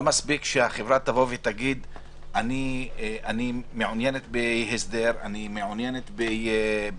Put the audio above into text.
לא מספיק שהחברה תגיד שהיא מעוניינת בהסדר ובהקפאה,